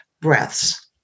breaths